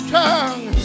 tongue